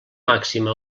màxima